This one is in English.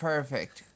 Perfect